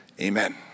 Amen